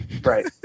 Right